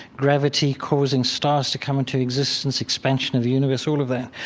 gravity causing stars to come into existence, expansion of the universe, all of that.